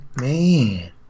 man